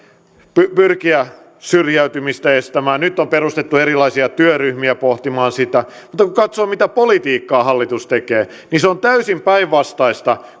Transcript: pyrkiä syrjäytymistä estämään nyt on perustettu erilaisia työryhmiä pohtimaan sitä mutta kun katsoo mitä politiikkaa hallitus tekee niin se on täysin päinvastaista